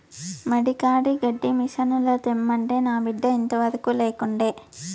మడి కాడి గడ్డి మిసనుల తెమ్మంటే నా బిడ్డ ఇంతవరకూ లేకుండే